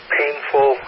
painful